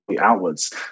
outwards